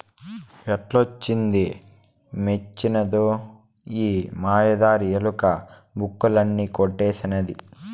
ఏడ్నుంచి వొచ్చినదో ఈ మాయదారి ఎలక, బుక్కులన్నీ కొట్టేసినాది